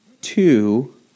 Two